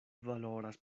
valoras